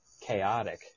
chaotic